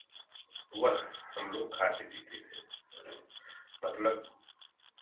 वह हम लोग खाते पीते थे मतलब